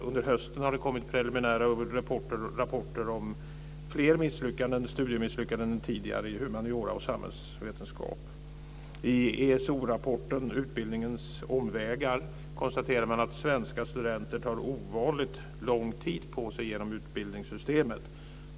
Under hösten har det kommit preliminära rapporter om flera studiemisslyckanden än tidigare i humaniora och samhällsvetenskap. I ESO-rapporten Utbildningens omvägar konstaterar man att svenska studenter tar ovanligt lång tid på sig genom utbildningssystemet.